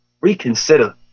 reconsider